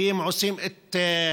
כי הם עושים את מצוותם.